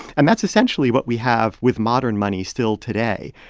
and that's essentially what we have with modern money still today.